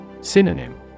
Synonym